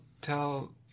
tell